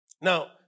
Now